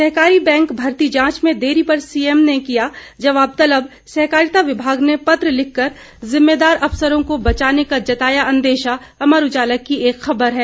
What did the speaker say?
सहकारी बैंक भर्ती जांच में देरी पर सीएस ने किया जवाब तलब सहकारिता विभाग ने पत्र लिखकर जिम्मेदार अफसरों को बचाने का जताया अंदेशा अमर उजाला की एक खबर है